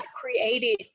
created